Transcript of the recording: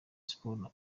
sports